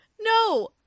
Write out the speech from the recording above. No